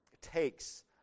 takes